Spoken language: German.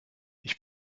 ich